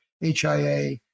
HIA